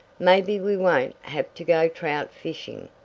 maybe we won't have to go trout fishing,